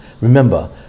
remember